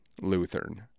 Lutheran